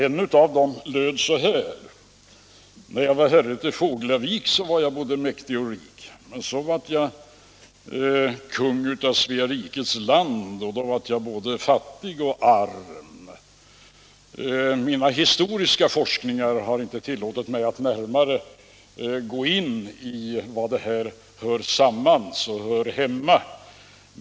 En av dem löd så här: Då var jag både mäktig och rik, Men sedan jag blev kung över Svea land, Så vart jag en arm och olycklig man.” Mina historiska forskningar har inte tillåtit mig att närmare gå in på var detta hör hemma.